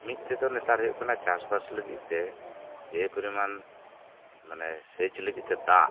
ᱢᱤᱫ ᱛᱮᱫᱚ ᱱᱮᱛᱟᱨ ᱦᱩᱭᱩᱜ ᱠᱟᱱᱟ ᱪᱟᱥ ᱵᱟᱥ ᱞᱟᱹᱜᱤᱫ ᱛᱮ ᱡᱮ ᱯᱚᱨᱤᱢᱟᱱ ᱢᱟᱱᱮ ᱥᱮᱪ ᱞᱟᱹᱜᱤᱫ ᱛᱮ ᱫᱟᱜ